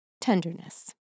Tenderness